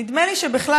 נדמה לי שבכלל,